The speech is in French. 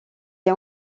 est